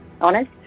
honest